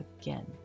again